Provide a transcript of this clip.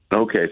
Okay